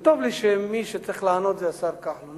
טוב לי שמי שצריך לענות זה השר כחלון.